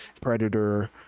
Predator